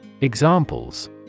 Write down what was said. Examples